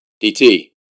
dt